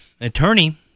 attorney